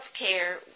healthcare